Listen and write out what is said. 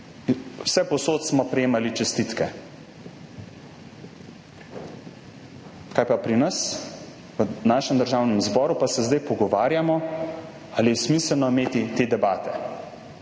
vsepovsod smo prejemali čestitke. Kaj pa pri nas? V našem državnem zboru pa se zdaj pogovarjamo, ali je smiselno imeti te debate,